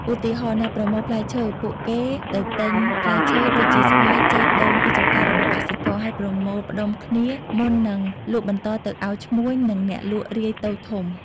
ឧទាហរណ៍៖ អ្នកប្រមូលផ្លែឈើពួកគេទៅទិញផ្លែឈើ ដូចជាស្វាយ ចេក ដូង... ពីចម្ការរបស់កសិករ ហើយប្រមូលផ្ដុំគ្នាមុននឹងលក់បន្តទៅឱ្យឈ្មួញ និងអ្នកលក់រាយតូចធំ។